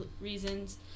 reasons